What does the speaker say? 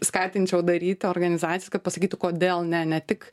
skatinčiau daryti organizacijas kad pasakytų kodėl ne ne tik